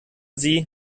sie